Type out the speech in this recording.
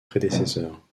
prédécesseurs